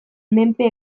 menpe